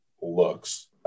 looks